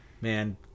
Man